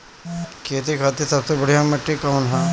खेती खातिर सबसे बढ़िया माटी कवन ह?